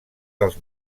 dels